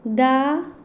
धा